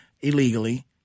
illegally